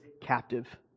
captive